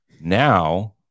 Now